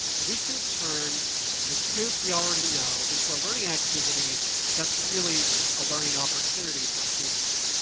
we can turn the quiz we already know into a learning activity that's really a learning opportunity for students.